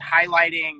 highlighting